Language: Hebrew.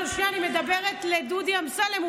שנייה, אני מדברת אל דודי אמסלם.